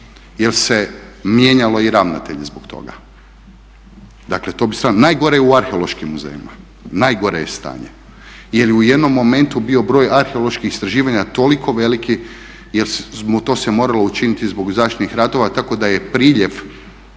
jer se mijenjalo i ravnatelja zbog toga. Najgore je u arheološkim muzejima, najgore je stanje jer je u jednom momentu bio broj arheoloških istraživanja toliko veliki, to se moralo učiniti zbog zaštitnih radova tako da je priljev